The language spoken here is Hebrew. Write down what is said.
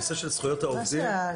הנושא של זכויות העובדים